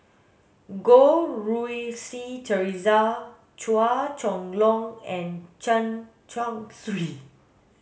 Goh Rui Si Theresa Chua Chong Long and Chen Chong Swee